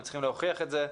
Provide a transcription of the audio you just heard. האם הם צריכים להוכיח את זה?